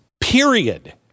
period